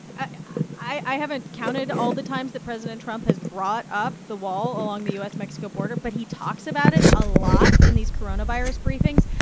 i haven't counted all the times that president trump has brought up the wall along the u s mexico border, but he talks about it a lot in these coronavirus briefings,